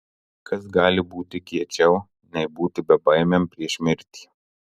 kas gali būti kiečiau nei būti bebaimiam prieš mirtį